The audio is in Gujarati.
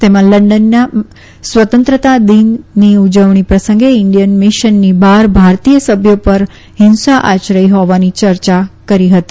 તેમાં લંડનમાં સ્વાતંત્ર દિનની ઉજવણી પ્રસંગે ઈન્ડીયન મિશનની બહાર ભારતીય સભ્યો ઉપર ફિંસા આચરી હોવાની યર્યા કરી હતી